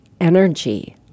energy